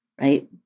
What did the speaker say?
right